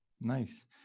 Nice